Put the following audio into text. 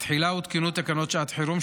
בתחילה הותקנו תקנות שעת חירום,